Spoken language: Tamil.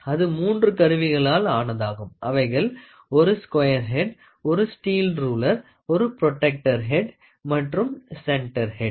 அது மூன்று கருவிகளால் ஆனதாகும் அவைகள் ஓரு ஸ்குயர் ஹேட் ஒரு ஸ்டீல் ரூலர் ஒரு புரோடெக்டர் ஹேட் மற்றும் சென்டர் ஹேட்